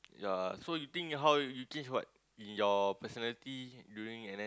yea so you think how you change what in your personality during N_S